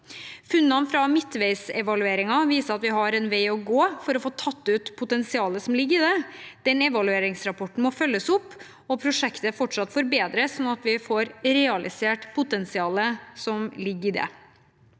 Funnene fra midtveisevalueringen viser at vi har en vei å gå for å få tatt ut potensialet som ligger i det. Den evalueringsrapporten må følges opp, og prosjektet må fortsatt forbedres, slik at vi får realisert potensialet som ligger i det.